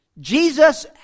Jesus